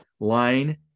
line